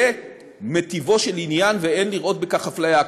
זה מטבעו של עניין, ואין לראות בכך אפליה.